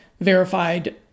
verified